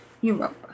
Europa